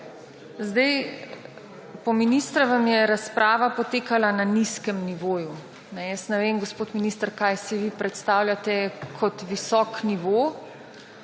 Po ministrovem je razprava potekala na nizkem nivoju. Jaz ne vem, gospod minister, kaj si vi predstavljate kot visok nivo,